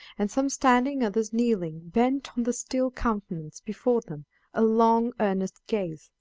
and some standing, others kneeling, bent on the still countenance before them a long earnest gaze,